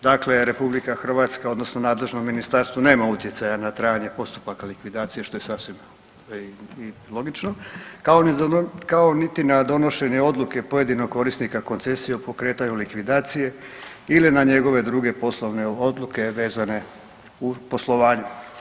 Dakle, Republika Hrvatska odnosno nadležno ministarstvo nema utjecaja na trajanje postupaka likvidacije što je sasvim logično kao niti na donošenje odluke pojedinog korisnika koncesije o pokretanju likvidacije ili na njegove druge poslovne odluke vezano u poslovanju.